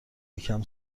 یکم